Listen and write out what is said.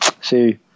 See